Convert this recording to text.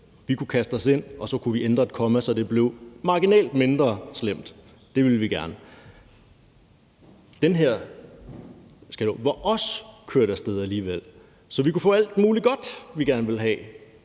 Vi kunne kaste os ind, og så kunne vi ændre et komma, så det blev marginalt mindre slemt. Det ville vi gerne. Det her var også kørt af sted alligevel, så vi kunne få alt muligt godt, vi gerne ville have,